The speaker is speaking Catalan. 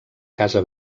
casa